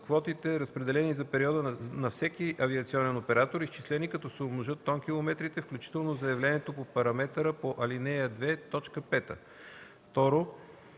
квотите, разпределени за периода на всеки авиационен оператор, изчислени, като се умножат тонкилометрите, включени в заявлението, по параметъра по ал. 2,